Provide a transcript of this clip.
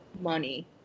Money